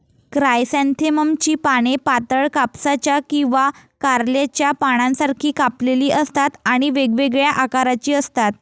क्रायसॅन्थेममची पाने पातळ, कापसाच्या किंवा कारल्याच्या पानांसारखी कापलेली असतात आणि वेगवेगळ्या आकाराची असतात